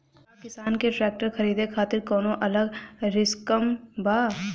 का किसान के ट्रैक्टर खरीदे खातिर कौनो अलग स्किम बा?